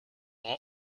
rang